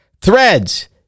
threads